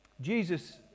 Jesus